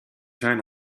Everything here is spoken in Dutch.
zijn